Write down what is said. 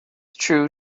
true